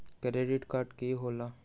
Credit card की होला?